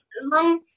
long